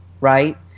right